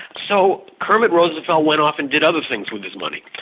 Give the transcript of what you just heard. so kermit roosevelt went off and did other things with his money.